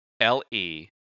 L-E